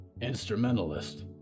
instrumentalist